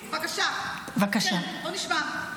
בבקשה, כן, בואי נשמע.